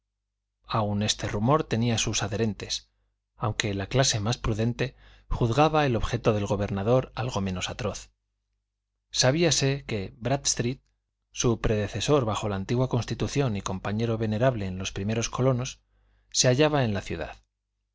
aun este rumor tenía sus adherentes aunque la clase más prudente juzgaba el objeto del gobernador algo menos atroz sabíase que brádstreet su predecesor bajo la antigua constitución y compañero venerable de los primeros colonos se hallaba en la ciudad